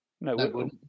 No